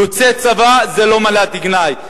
יוצא צבא זה לא מילת גנאי,